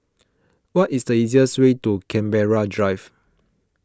what is the easiest way to Canberra Drive